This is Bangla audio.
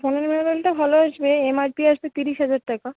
ফোনের মডেলটা ভালো এসবে এমআরপি আসবে তিরিশ হাজার টাকা